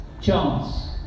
chance